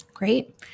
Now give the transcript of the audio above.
Great